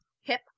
hip